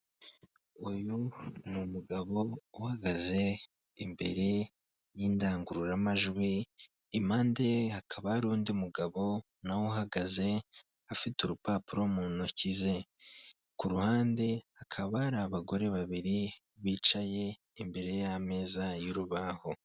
Uyu ni umugabo uhagaze imbere y'indangururamajwi impande hakaba hari undi mugabo nawe uhagaze afite urupapuro mu ntoki ze ku ruhande hakaba hari abagore babiri bicaye imbere y'ameza y'urubaho.